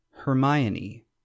Hermione